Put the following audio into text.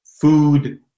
food